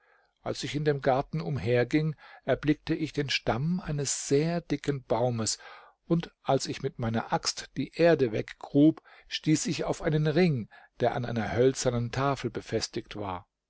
als ich in dem garten umherging erblickte ich den stamm eines sehr dicken baumes und als ich mit meiner axt die erde weggrub stieß ich auf einen ring der an einer hölzernen tafel befestigt war